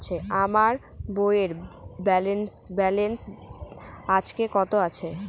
আমার বইয়ের ব্যালেন্স আজকে কত আছে?